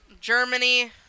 Germany